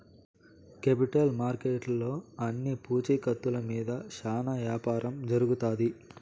capital మార్కెట్లో అన్ని పూచీకత్తుల మీద శ్యానా యాపారం జరుగుతాయి